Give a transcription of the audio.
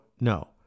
no